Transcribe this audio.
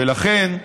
ולכן,